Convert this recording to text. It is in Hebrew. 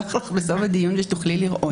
לשלוח לך בסוף הדיון כדי שתוכלי לראות